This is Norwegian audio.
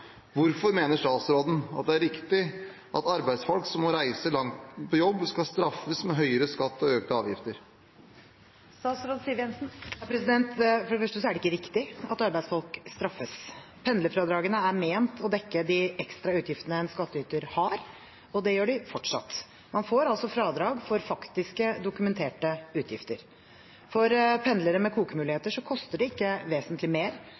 Hvorfor mener statsråden at det er riktig at arbeidsfolk som må reise langt på jobb, skal straffes med høyere skatt og økte avgifter?» For det første er det ikke riktig at arbeidsfolk straffes. Pendlerfradragene er ment å dekke de ekstra utgiftene en skattyter har. Det gjør de fortsatt. Man får altså fradrag for faktiske, dokumenterte utgifter. For pendlere med kokemuligheter koster det ikke vesentlig mer